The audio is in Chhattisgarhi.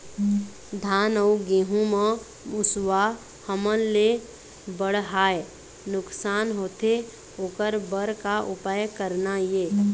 धान अउ गेहूं म मुसवा हमन ले बड़हाए नुकसान होथे ओकर बर का उपाय करना ये?